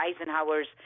Eisenhower's